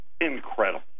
incredible